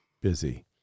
busy